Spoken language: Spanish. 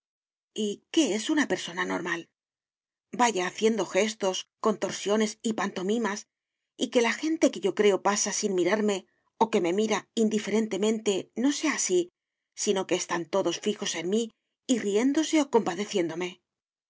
qué es una persona normal vaya haciendo gestos contorsiones y pantomimas y que la gente que yo creo pasa sin mirarme o que me mira indiferentemente no sea así sino que están todos fijos en mí y riéndose o compadeciéndome